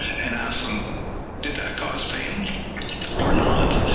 and ask them did that cause pain or not,